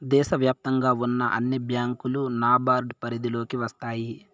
దేశ వ్యాప్తంగా ఉన్న అన్ని బ్యాంకులు నాబార్డ్ పరిధిలోకి వస్తాయి